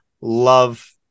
love